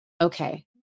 Okay